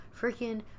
Freaking